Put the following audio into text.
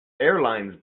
airlines